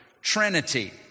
Trinity